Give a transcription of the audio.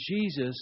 Jesus